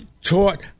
taught